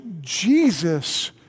Jesus